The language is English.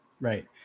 Right